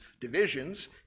divisions